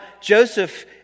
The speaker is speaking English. Joseph